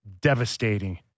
devastating